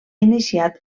iniciat